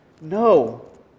No